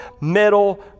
middle